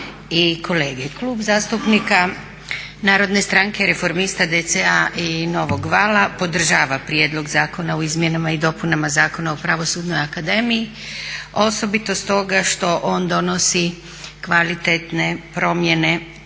i kolege. Klub zastupnika Narodne stranke reformista, DC-a i Novog vala podržava Prijedlog zakona o Izmjenama i dopunama Zakona o Pravosudnoj akademiji osobito stoga što on donosi kvalitetne promjene